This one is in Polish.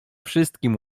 wszystkim